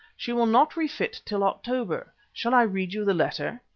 she will not refit till october. shall i read you the letter?